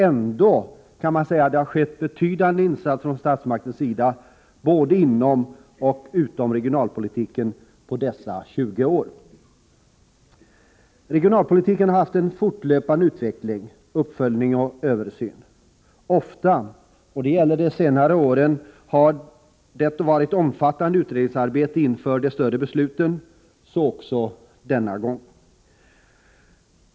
Ändå kan man säga att det har skett betydande insatser från statsmakternas sida, både inom och utom regionalpolitiken, på dessa 20 år. Regionalpolitiken har haft en fortlöpande utveckling, uppföljning och översyn. Ofta — det gäller de senare åren — har det varit omfattande utredningsarbeten inför de större besluten, och så är det också denna gång.